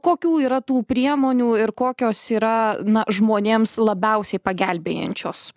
kokių yra tų priemonių ir kokios yra na žmonėms labiausiai pagelbėjančios